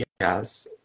yes